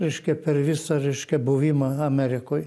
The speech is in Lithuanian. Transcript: reiškia per visą reiškia buvimą amerikoj